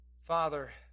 Father